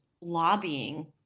lobbying